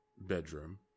bedroom